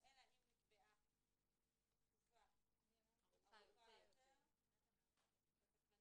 אלא אם נקבעה תקופה ארוכה יותר בתקנות